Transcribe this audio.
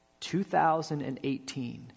2018